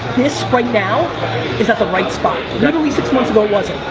this right now is at the right spot. literally six months ago it wasn't.